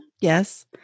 Yes